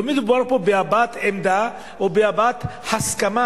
לא מדובר פה בהבעת עמדה או בהבעת הסכמה